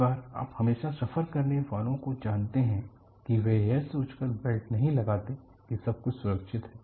कई बार आप हमेशा सफर करने वालों को जानते हैं कि वे यह सोचकर बेल्ट नहीं लगाते कि सब कुछ सुरक्षित है